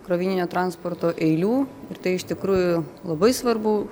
krovininio transporto eilių ir tai iš tikrųjų labai svarbu